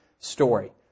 story